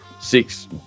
six